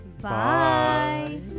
bye